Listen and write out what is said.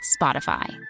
Spotify